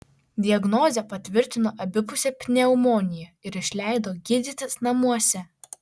diagnozę patvirtino abipusė pneumonija ir išleido gydytis namuose